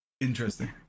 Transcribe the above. Interesting